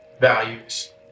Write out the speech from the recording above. values